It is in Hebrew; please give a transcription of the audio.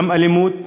גם אלימות,